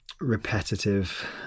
repetitive